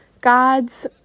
God's